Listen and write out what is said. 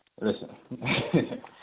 listen